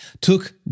took